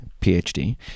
PhD